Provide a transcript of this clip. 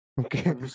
Okay